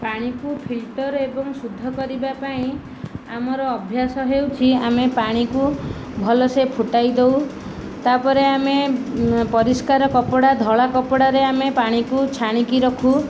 ପାଣିକୁ ଫିଲ୍ଟର୍ ଏବଂ ଶୁଦ୍ଧ କରିବା ପାଇଁ ଆମର ଅଭ୍ୟାସ ହେଉଛି ଆମେ ପାଣିକୁ ଭଲସେ ଫୁଟାଇ ଦେଉ ତା'ପରେ ଆମେ ପରିଷ୍କାର କପଡ଼ା ଧଳା କପଡ଼ାରେ ଆମେ ପାଣିକୁ ଛାଣିକି ରଖୁ